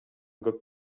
көп